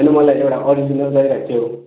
होइन मलाई एउटा अरिजिनल चाहिरहेको थियो